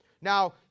Now